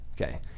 Okay